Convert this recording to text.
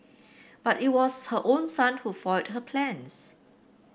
but it was her own son who foiled her plans